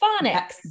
phonics